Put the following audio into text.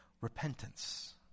repentance